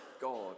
God